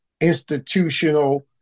institutional